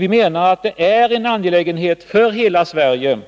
Vi menar att det är en angelägenhet för hela Sverige